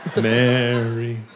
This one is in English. Mary